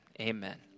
Amen